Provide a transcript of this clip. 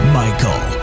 michael